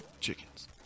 Chickens